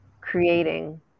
creating